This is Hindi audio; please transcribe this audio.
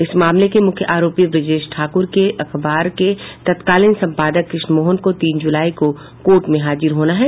इस मामले के मूख्य आरोपी ब्रजेश ठाक्र के अखबार के तत्कालीन संपादक कृष्ण मोहन को तीन जुलाई को कोर्ट में हाजिर होना है